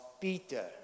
Peter